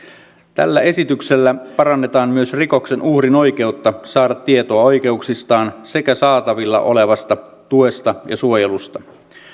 tällä esityksellä parannetaan myös rikoksen uhrin oikeutta saada tietoa oikeuksistaan sekä saatavilla olevasta tuesta ja suojelusta ehdotuksella